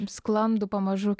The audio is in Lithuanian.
sklandų pamažu